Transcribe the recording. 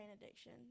addiction